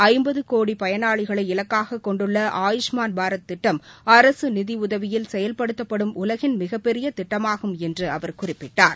ஐம்பதுகோடிபயனாளிகளை இலக்காகக் கொண்டுள்ள ஆயுஷ்மாள் பாரத் திட்டம் அரசுநிதியுதவியில் செயல்படுத்தப்படும் உலகின் மிகப்பெரியதிட்டமாகும் என்றுஅவர் குறிப்பிட்டார்